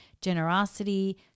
generosity